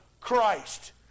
Christ